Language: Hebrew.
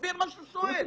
תסביר מה שהוא שואל.